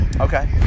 Okay